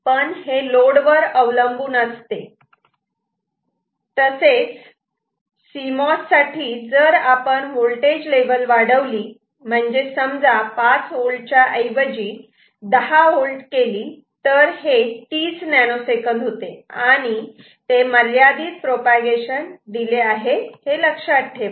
पण हे लोड वर अवलंबून आहे आणि तसेच सिमोस साठी जर आपण वोल्टेज लेवल वाढवली म्हणजेच समजा 5 वोल्टच्या ऐवजी 10 वोल्ट केली तर हे 30 नॅनो सेकंद होते आणि ते मर्यादित प्रोपागेशन डिले आहे हे लक्षात ठेवा